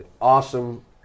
awesome